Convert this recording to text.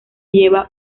lleva